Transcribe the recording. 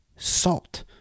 Salt